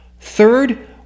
Third